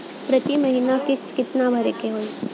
प्रति महीना किस्त कितना भरे के होई?